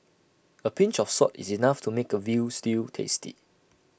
A pinch of salt is enough to make A Veal Stew tasty